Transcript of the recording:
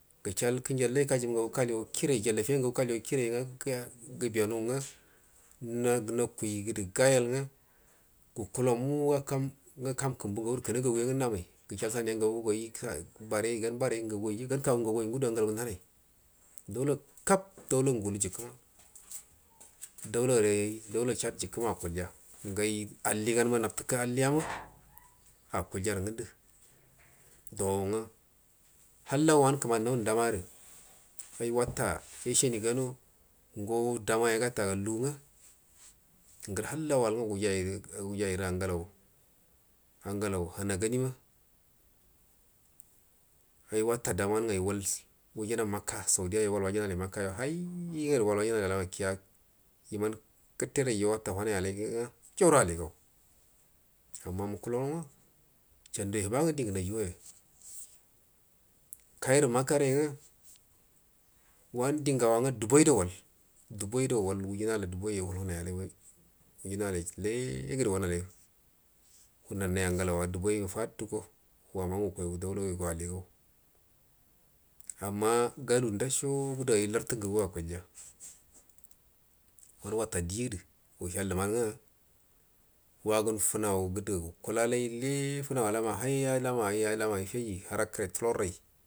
Gəsal kajəmu ngagu kgliya kiraingə jallifiya kirain ngə gabinu ngə nakai gədə gayal ngə gukullo muga ka m kəmbu ngagu gədə kənagagu ya ngə gan bare ngagu waiyu gan kagu nga gu gədc ngal lagu nah nai daala kab daula ulujəkəma daula gəre ai duala chad ma akulja gai alliyama dabtə alliyama a kulja rənənd dongə halla wanə kəmani dama aiwata yasaniga ngo damayo guta lungə ngərə halla wal ngə wairə ongəlau hana ganino ai wata daman ngə wal maka saudia wal wajənalai makaya gədə maka wal wajə na lai alama kiya iman gəteraiyo wal wata wah nayal ngə amma mu kulau ngə sanduya həbama dingə naiyu waga kairə maka wanə dingau wa ngə du bdaigə do wal dubaiyo wal ujənulai hunayal gədə legədə hunanai angal wa dubai godə wama ngə ukui u dauda yugo aligau amma galu ndoso gədə ai lartə ngagu wa akulja wanə wata di gədə akalal ngə wagon fənau gədə ukula, fanau ala ma haifiji ərəkərai təlorrai.